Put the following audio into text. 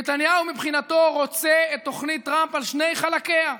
נתניהו מבחינתו רוצה את תוכנית טראמפ על שני חלקיה.